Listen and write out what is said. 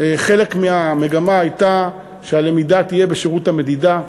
חלק מהמגמה הייתה שהלמידה תהיה בשירות המדידה,